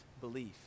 belief